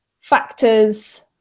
factors